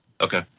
okay